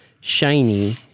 shiny